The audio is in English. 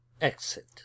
Exit